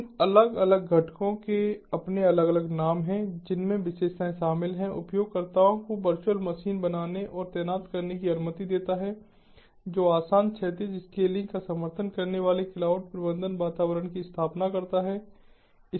इन अलग अलग घटकों के अपने अलग अलग नाम हैं जिनमें विशेषताएं शामिल हैं उपयोगकर्ताओं को वर्चुअल मशीन बनाने और तैनात करने की अनुमति देता है जो आसान क्षैतिज स्केलिंग का समर्थन करने वाले क्लाउड प्रबंधन वातावरण की स्थापना करता है